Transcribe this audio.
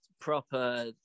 proper